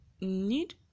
need